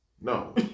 No